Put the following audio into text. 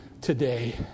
today